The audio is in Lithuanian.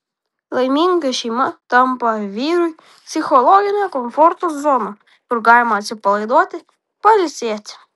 laiminga šeima tampa vyrui psichologinio komforto zona kur galima atsipalaiduoti pailsėti